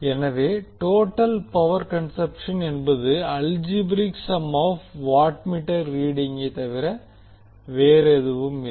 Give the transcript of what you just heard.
எனவே total power consumption என்பது algebraic sum of two wattmeter ரீடிங்கை தவிர வேறொன்றுமில்லை